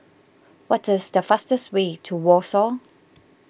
what is the fastest way to Warsaw